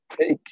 take